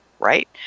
Right